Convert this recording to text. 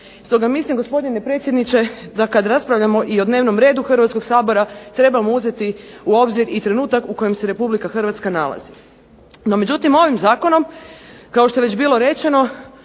Stoga mislim gospodine predsjedniče, da kada raspravljamo i o dnevnom redu Hrvatskog sabor trebamo uzeti i u obzir trenutak u kojem se Republike Hrvatska nalazi. No, međutim ovim zakonom kao što je već bilo rečeno